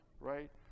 right